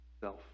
self